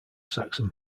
saxon